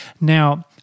Now